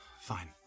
fine